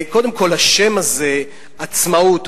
קודם כול, השם הזה, עצמאות.